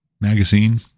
magazine